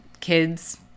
kids